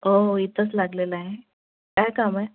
हो हो इथंच लागलेला आहे काय काम आहे